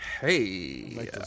Hey